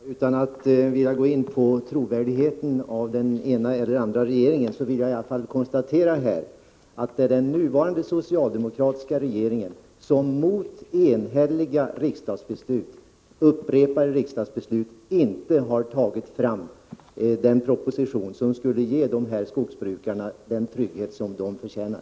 Herr talman! Utan att jag går in på trovärdigheten när det gäller den ena eller den andra regeringen vill jag konstatera att det är den nuvarande socialdemokratiska regeringen som mot enhälliga, upprepade riksdagsbeslut inte har tagit fram den proposition som skulle ge dessa skogsbrukare den trygghet som de förtjänar.